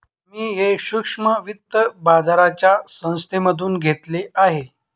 मी हे सूक्ष्म वित्त बाजाराच्या संस्थेमधून घेतलं आहे